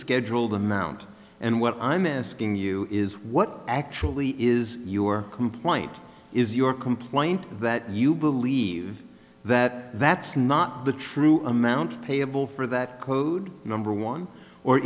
scheduled amount and what i'm asking you is what actually is your complaint is your complaint that you believe that that's not the true amount payable for that code number one or